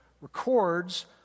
records